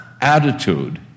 attitude